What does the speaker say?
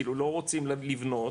כאילו לא רוצים לבנות,